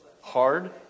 hard